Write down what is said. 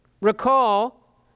Recall